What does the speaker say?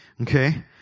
Okay